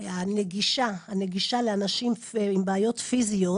הנגישה לאנשים עם בעיות פיזיות